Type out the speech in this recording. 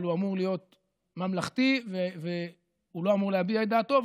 אבל הוא אמור להיות ממלכתי והוא לא אמור להביע את דעתו,